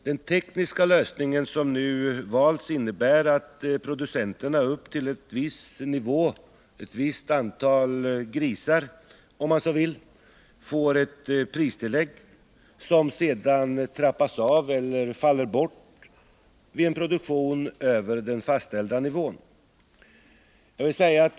Den tekniska lösning som nu valts innebär att producenterna upp till en viss nivå — ett visst antal grisar, om man så vill — får ett pristillägg, som sedan trappas av eller faller bort vid en produktion över den fastställda nivån.